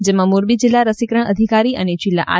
જેમાં મોરબી જિલ્લા રસીકરણ અધિકારી અને જિલ્લા આર